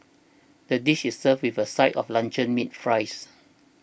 the dish is served with a side of luncheon meat fries